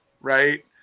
right